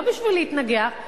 לא כדי להתנגח,